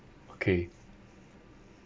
okay